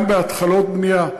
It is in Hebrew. גם בהתחלות בנייה,